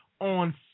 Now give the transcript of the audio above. on